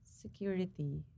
Security